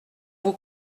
vous